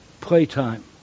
playtime